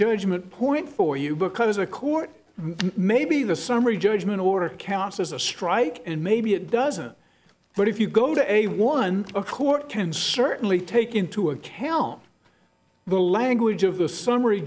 judgment point for you because a court maybe the summary judgment order counts as a strike and maybe it doesn't but if you go to a one a court can certainly take into account the language of the summary